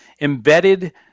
embedded